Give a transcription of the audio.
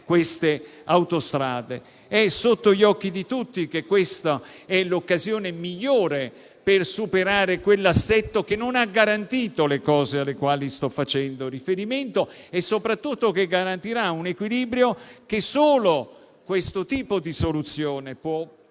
queste autostrade. È sotto gli occhi di tutti che questa è l'occasione migliore per superare l'assetto che non ha garantito le cose alle quali sto facendo riferimento e che soprattutto garantirà un equilibrio che solo questo tipo di soluzione può